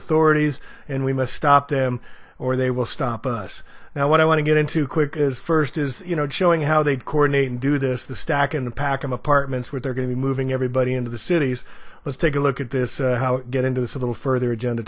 authorities and we must stop them or they will stop us now what i want to get into quick is first is you know showing how they'd coordinate and do this the stack and pack of apartments where they're going to be moving everybody into the cities let's take a look at this get into this a little further agenda